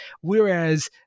Whereas